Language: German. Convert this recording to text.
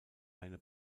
eine